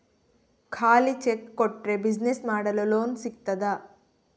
ಖಾಲಿ ಚೆಕ್ ಕೊಟ್ರೆ ಬಿಸಿನೆಸ್ ಮಾಡಲು ಲೋನ್ ಸಿಗ್ತದಾ?